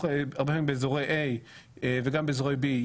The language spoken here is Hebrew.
אנחנו מדברים באזורי A וגם באזורי B,